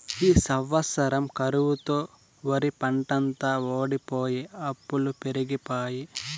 ఈ సంవత్సరం కరువుతో ఒరిపంటంతా వోడిపోయె అప్పులు పెరిగిపాయె